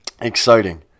Exciting